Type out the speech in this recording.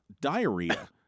diarrhea